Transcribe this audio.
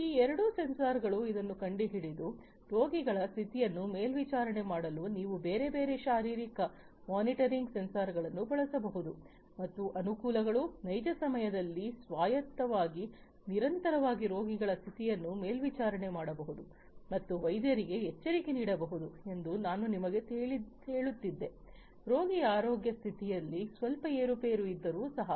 ಈ ಎರಡು ಸೆನ್ಸಾರ್ಗಳು ಇದನ್ನು ಕಂಡುಹಿಡಿದಿದೆ ರೋಗಿಗಳ ಸ್ಥಿತಿಯನ್ನು ಮೇಲ್ವಿಚಾರಣೆ ಮಾಡಲು ನೀವು ಬೇರೆ ಬೇರೆ ಶಾರೀರಿಕ ಮಾನಿಟರಿಂಗ್ ಸೆನ್ಸರ್ಗಳನ್ನು ಬಳಸಬಹುದು ಮತ್ತು ಅನುಕೂಲಗಳು ನೈಜ ಸಮಯದಲ್ಲಿ ಸ್ವಾಯತ್ತವಾಗಿ ನಿರಂತರವಾಗಿ ರೋಗಿಗಳ ಸ್ಥಿತಿಯನ್ನು ಮೇಲ್ವಿಚಾರಣೆ ಮಾಡಬಹುದು ಮತ್ತು ವೈದ್ಯರಿಗೆ ಎಚ್ಚರಿಕೆ ನೀಡಬಹುದು ಎಂದು ನಾನು ನಿಮಗೆ ಹೇಳುತ್ತಿದ್ದೆ ರೋಗಿಯ ಆರೋಗ್ಯ ಸ್ಥಿತಿಯಲ್ಲಿ ಸ್ವಲ್ಪ ಏರು ಪೇರು ಇದ್ದರೂ ಸಹ